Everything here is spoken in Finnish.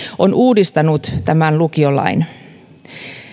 on uudistanut tämän lukiolain